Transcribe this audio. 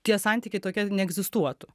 tie santykiai tokie neegzistuotų